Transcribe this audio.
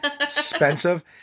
expensive